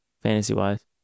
fantasy-wise